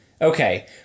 Okay